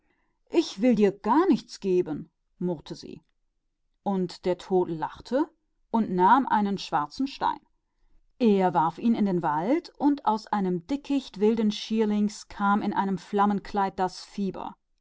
ich will dir gar nichts geben murmelte sie und der tod lachte und hob einen schwarzen stein auf und warf ihn in den wald und aus einem dickicht wilden schierlings kam das